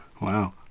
Wow